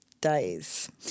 days